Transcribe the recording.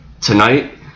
tonight